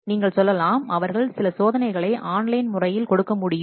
நீங்கள் சொல்லலாம் அவர்கள் சில டெஸ்ட்களை ஆன்லைன் முறையில் கொடுக்க முடியும்